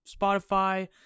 Spotify